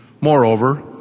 Moreover